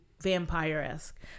vampire-esque